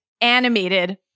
animated